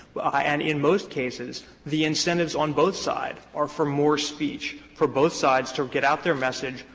and in most cases the incentives on both sides are for more speech, for both sides to get out their message,